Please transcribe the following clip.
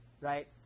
right